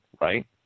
right